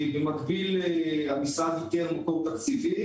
--- במקביל המשרד איתר מקור תקציבי